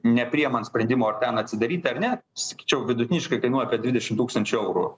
nepriimant sprendimo ar ten atsidaryti ar ne sakyčiau vidutiniškai kainuoja dvidešim tūkstančių eurų